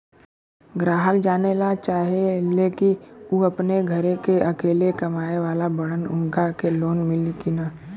ग्राहक जानेला चाहे ले की ऊ अपने घरे के अकेले कमाये वाला बड़न उनका के लोन मिली कि न?